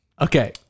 okay